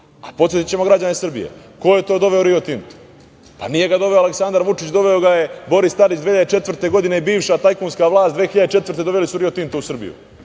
a potvrdićemo građanima Srbije - ko je to doveo Rio Tinto? Pa, nije ga doveo Aleksandar Vučić, doveo ga je Boris Tadić 2004. godine i bivša tajkunska vlast 2004. godine dovela je Rio Tinto u Srbiju